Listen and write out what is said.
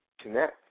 Connect